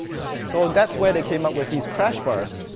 so that's why they came up with these crash bards.